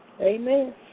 Amen